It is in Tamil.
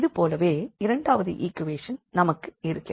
இது போலவே இரண்டாவது ஈக்வேஷன் நமக்கு இருக்கிறது